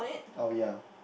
oh ya